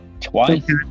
Twice